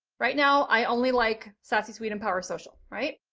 right now, i only like sassy suite, empowersocial, right?